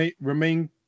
remain